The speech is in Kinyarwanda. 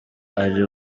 ari